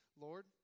Lord